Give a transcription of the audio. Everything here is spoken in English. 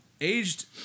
aged